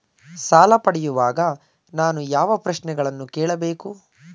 ಸಾಲ ಪಡೆಯುವಾಗ ನಾನು ಯಾವ ಪ್ರಶ್ನೆಗಳನ್ನು ಕೇಳಬೇಕು?